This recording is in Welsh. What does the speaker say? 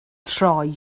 troi